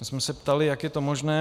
To jsme se ptali, jak je to možné.